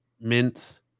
mints